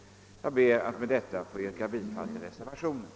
Jag ber att med detta få yrka bifall till reservationen.